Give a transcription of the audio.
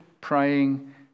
praying